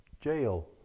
jail